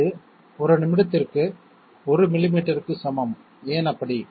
அது ஒரு நிமிடத்திற்கு 1 மில்லிமீட்டருக்கு சமம் ஏன் அப்படி